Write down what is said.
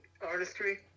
artistry